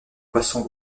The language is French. poissons